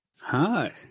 Hi